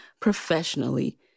professionally